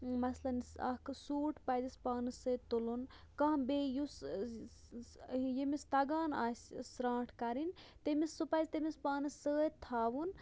مَثلاً اَکھ سوٗٹ پَزٮ۪س پانَس سۭتۍ تُلُن کانٛہہ بیٚیہِ یُس ییٚمِس تگان آسہِ سرٛانٹھ کَرٕنۍ تٔمِس سُہ پَزِ تٔمِس پانَس سۭتۍ تھاوُن